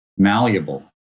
Malleable